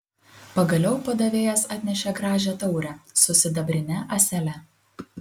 pagaliau padavėjas atnešė gražią taurę su sidabrine ąsele